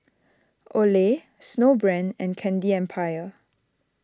Olay Snowbrand and Candy Empire